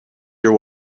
your